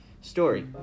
story